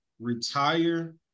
retire